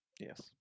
Yes